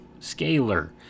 Scalar